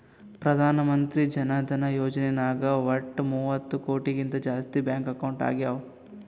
ಪ್ರಧಾನ್ ಮಂತ್ರಿ ಜನ ಧನ ಯೋಜನೆ ನಾಗ್ ವಟ್ ಮೂವತ್ತ ಕೋಟಿಗಿಂತ ಜಾಸ್ತಿ ಬ್ಯಾಂಕ್ ಅಕೌಂಟ್ ಆಗ್ಯಾವ